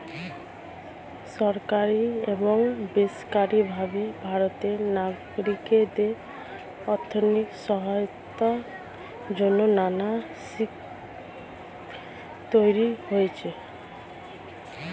সরকারি এবং বেসরকারি ভাবে ভারতের নাগরিকদের আর্থিক সহায়তার জন্যে নানা স্কিম তৈরি হয়েছে